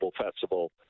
festival